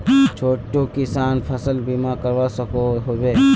छोटो किसान फसल बीमा करवा सकोहो होबे?